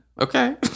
Okay